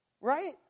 Right